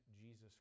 Jesus